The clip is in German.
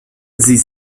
sie